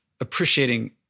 appreciating